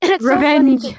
Revenge